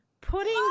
putting